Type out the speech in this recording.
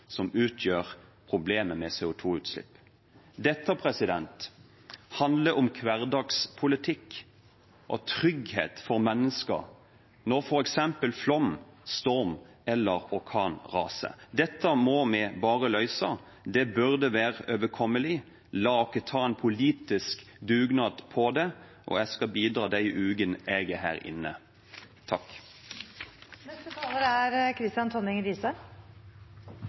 som utgjør problemet med CO 2 -utslipp. Dette handler om hverdagspolitikk og om trygghet for mennesker når f.eks. flom, storm eller orkan raser. Dette må vi bare løse. Det burde være overkommelig. La oss ta en politisk dugnad på det. Jeg skal bidra i de ukene jeg er her inne.